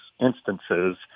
instances